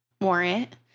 warrant